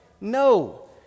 No